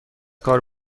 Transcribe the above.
کار